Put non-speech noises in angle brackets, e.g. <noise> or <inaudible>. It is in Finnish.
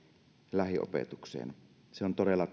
lähiopetukseen se on todella <unintelligible>